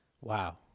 Wow